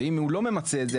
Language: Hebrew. ואם הוא לא ממצה את זה,